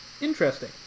Interesting